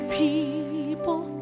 people